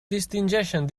distingeixen